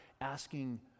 asking